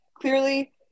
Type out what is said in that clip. clearly